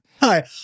Hi